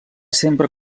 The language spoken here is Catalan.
sempre